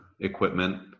equipment